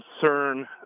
concern